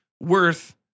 worth